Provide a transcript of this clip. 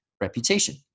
reputation